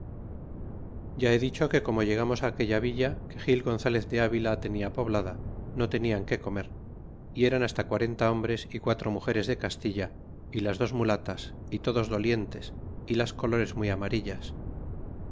ya he dicho que como llegamos aquella villa que gil gonzalez de avila tenia poblada no tenian que comer y eran hasta quarenta hombres y quatro mugeres de castilla y las dos mulatas y todos dolientes y las colores muy amarillas